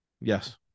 Yes